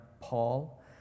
Paul